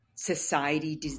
society